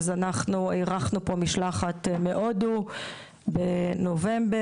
אז אירחנו פה משלחת מהודו בנובמבר,